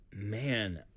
Man